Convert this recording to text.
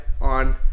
on